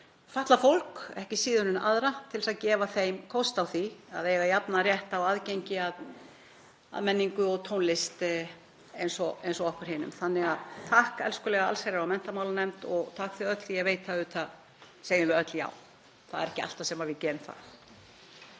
utan um fatlað fólk, ekki síður en aðra, til að gefa þeim kost á því að eiga jafnan rétt á aðgengi að menningu og tónlist eins og okkur hinum. Takk, elskulega allsherjar- og menntamálanefnd og takk, þið öll, því að ég veit það að auðvitað segjum við öll já. Það er ekki alltaf sem við gerum það.